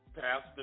pastor